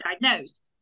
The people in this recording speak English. diagnosed